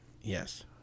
yes